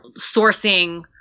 sourcing